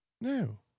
no